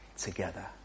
together